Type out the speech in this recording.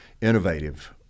innovative